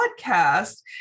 podcast